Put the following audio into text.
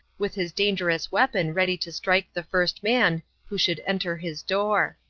with his dangerous weapon ready to strike the first man who should enter his door.